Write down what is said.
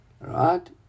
Right